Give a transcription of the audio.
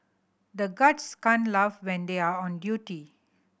the guards can't laugh when they are on duty